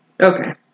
Okay